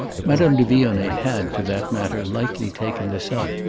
madame de vionnet had, for that matter, lightly taken this up.